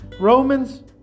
Romans